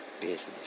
business